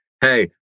Hey